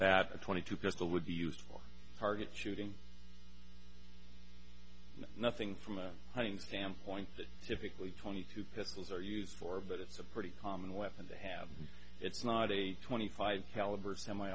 that a twenty two pistol would be used for target shooting nothing from a hunting camp point that typically twenty two pistols are used for but it's a pretty common weapon to have it's not a twenty five caliber semi